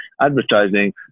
advertising